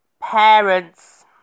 parents